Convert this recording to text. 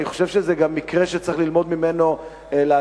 אני חושב שזה גם מקרה שצריך ללמוד ממנו לעתיד.